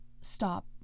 stop